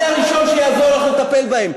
אני הראשון שיעזור לך לטפל בהן,